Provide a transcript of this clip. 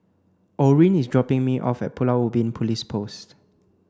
Orin is dropping me off at Pulau Ubin Police Post